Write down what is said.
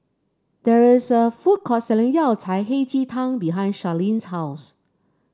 there is a food court selling Yao Cai Hei Ji Tang behind Charleen's house